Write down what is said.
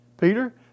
Peter